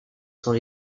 sont